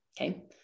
Okay